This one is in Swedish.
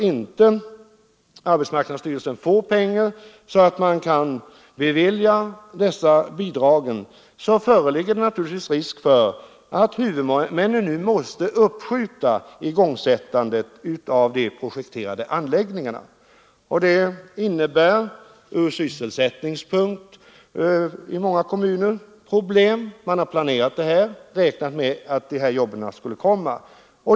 Om arbetsmarknadsstyrelsen inte får pengar så att man kan bevilja dessa bidrag, finns det risk för att huvudmännen nu måste uppskjuta igångsättandet av de projekterade anläggningarna. Det innebär problem ur sysselsättningssynpunkt i många kommuner; man har planerat för anläggningarna och räknat med att nya jobb skulle skapas.